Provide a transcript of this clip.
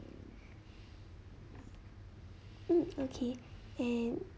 mm okay and